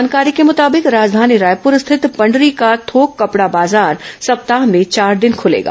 जानकारी के मुताबिक राजधानी रायपुर स्थित पंडरी का थोक कपडा बाजार सप्ताह में चार दिन खुलेगा